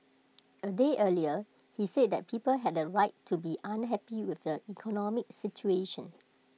A day earlier he said that people had A right to be unhappy with the economic situation